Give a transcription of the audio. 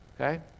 okay